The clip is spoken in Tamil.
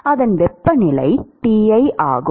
அதன் வெப்பநிலை Ti ஆகும்